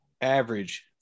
Average